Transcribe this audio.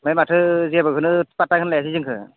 ओमफ्राय माथो जेबोखौनो पादथाखौनो लायासै जोंखौ